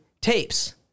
tapes